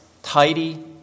Tidy